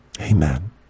Amen